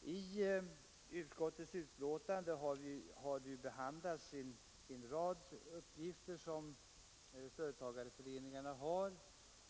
I utskottets betänkande har behandlats en rad uppgifter för företagareföreningarna.